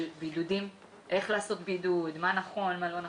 של בידוד, איך לעשות בידוד, מה נכון, מה לא נכון.